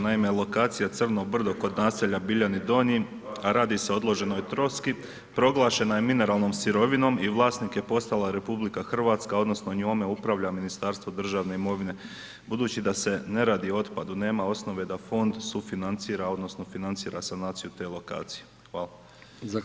Naime, lokacija Crno brdo kod naselja Biljani Donji a radi se o odloženoj troski, proglašena je mineralnom sirovinom i vlasnik je postala RH odnosno njome upravlja Ministarstvo državne imovine budući da se ne rado o otpadu, nema osnove da fond sufinancira odnosno financira sanaciju te lokacije.